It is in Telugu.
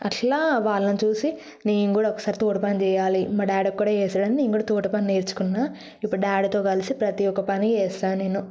అట్లా వాళ్ళని చూసి నేను కూడా ఒకసారి తోట పని చేయాలి మా డాడీ ఒక్కడే చేస్తాడని నేను కూడా తోట పని నేర్చుకున్న ఇప్పుడు డాడీతో కలిసి ప్రతి ఒక పని చేస్తాను నేను